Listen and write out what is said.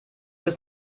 bis